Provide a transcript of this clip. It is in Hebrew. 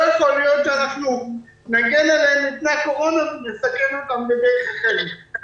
לא יכול להיות שאנחנו נגן עליהם מפני הקורונה ונסכן אותם בדרך אחרת.